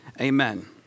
amen